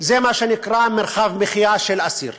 זה מה שנקרא מרחב מחיה של אסיר.